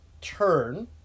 turn